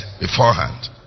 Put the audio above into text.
beforehand